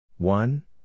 One